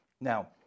Now